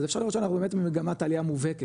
אז אפשר לראות שאנחנו במגמת עלייה מובהקת,